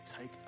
Take